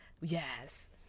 Yes